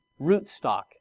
rootstock